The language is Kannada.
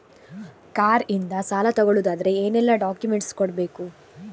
ಕಾರ್ ಇಂದ ಸಾಲ ತಗೊಳುದಾದ್ರೆ ಏನೆಲ್ಲ ಡಾಕ್ಯುಮೆಂಟ್ಸ್ ಕೊಡ್ಬೇಕು?